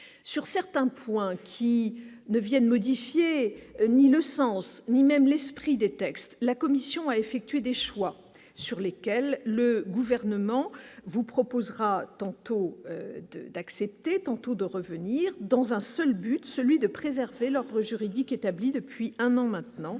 sur certains points qui ne Vienne modifier ni le sens ni même l'esprit des textes, la commission a effectué des choix sur lesquels le gouvernement vous proposera tantôt de d'accepter, tantôt de revenir dans un seul but, celui de préserver l'ordre juridique établi depuis un an maintenant,